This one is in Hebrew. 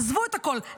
עזבו את הכול,